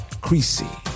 Creasy